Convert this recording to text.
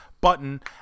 button